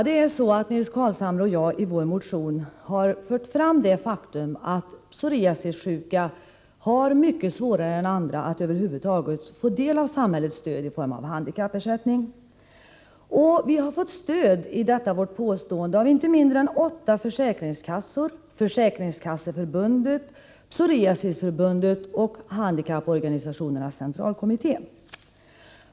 Herr talman! Nils Carlshamre och jag har i en motion framhållit det faktum att det för psoriasissjuka är mycket svårare än det är för andra behövande att få del av samhällets stöd i form av handikappersättning. I detta vårt påstående instämmer inte mindre än åtta försäkringskassor, Försäkringskasseförbundet, Svenska psoriasisförbundet och Handikappförbundens centralkommitté .